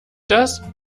das